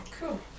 Cool